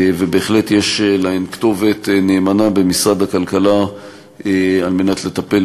ובהחלט יש להן כתובת נאמנה במשרד הכלכלה כדי לטפל